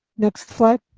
next slide.